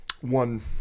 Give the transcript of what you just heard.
One